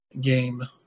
game